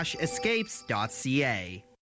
Escapes.ca